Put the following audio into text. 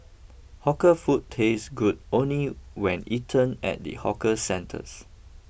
hawker food tastes good only when eaten at the hawker centres